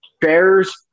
Bears